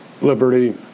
liberty